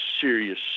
serious